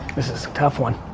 this is a tough one.